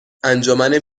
انجمن